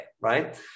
right